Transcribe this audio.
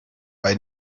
bei